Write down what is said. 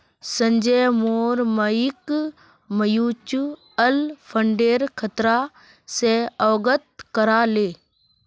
संजय मोर मइक म्यूचुअल फंडेर खतरा स अवगत करा ले